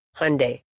Hyundai